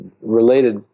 related